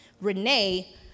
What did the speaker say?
Renee